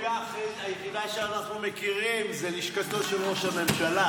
הכנופיה היחידה שאנחנו מכירים זה לשכתו של ראש הממשלה,